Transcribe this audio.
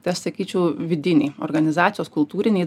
tai aš sakyčiau vidiniai organizacijos kultūriniai